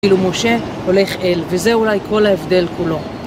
כאילו משה הולך אל, וזה אולי כל ההבדל כולו.